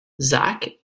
zak